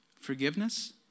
Forgiveness